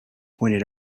pointed